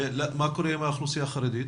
מה קורה באוכלוסייה החרדית?